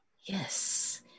Yes